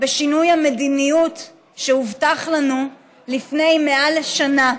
בשינוי המדיניות שהובטח לנו לפני מעל שנה.